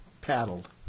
paddled